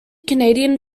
canadian